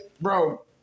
Bro